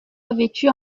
revêtue